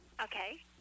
Okay